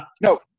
No